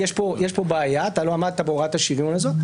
יש פה בעיה כי אתה לא עמדת בהוראת השריון הזאת.